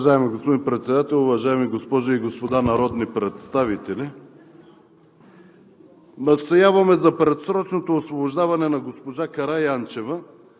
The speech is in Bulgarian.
Уважаеми господин Председател, уважаеми госпожи и господа народни представители! Настояваме за предсрочното освобождаване на госпожа Караянчева